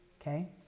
Okay